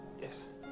yes